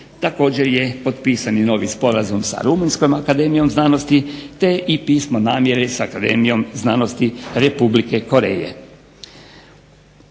Također je potpisan i novi sporazum sa Rumunjskom akademijom znanosti i pismo namjere s Akademijom znanosti Republike Koreje.